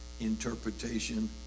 interpretation